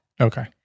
Okay